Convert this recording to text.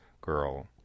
girl